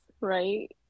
right